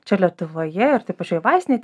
čia lietuvoje ir toj pačioj vaistinėj